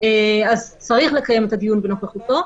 אז צריך לקיים את הדיון בנוכחותו.